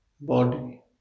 body